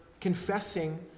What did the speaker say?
confessing